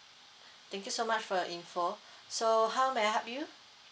thank you so much for your info so how may I help you